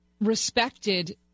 respected